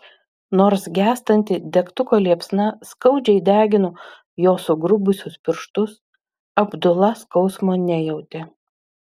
nors gęstanti degtuko liepsna skaudžiai degino jo sugrubusius pirštus abdula skausmo nejautė